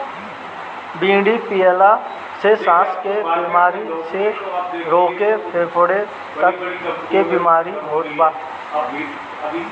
बीड़ी पियला से साँस के बेमारी से लेके फेफड़ा तक के बीमारी होत बा